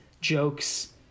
jokes